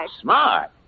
Smart